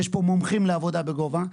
יש פה מומחים לעבודה בגובה,